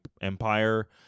Empire